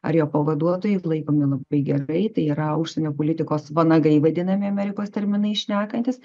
ar jo pavaduotojai laikomi labai gerai tai yra užsienio politikos vanagai vadinami amerikos terminais šnekantis